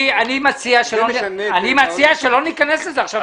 אני מציע שלא ניכנס לזה עכשיו.